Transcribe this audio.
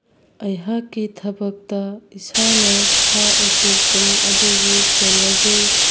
ꯑꯩꯍꯥꯛꯀꯤ ꯊꯕꯛꯇ ꯏꯁꯥꯅ ꯁꯥ ꯎꯆꯦꯛꯁꯤꯡ ꯑꯗꯨꯕꯨ ꯁꯦꯟꯅꯖꯩ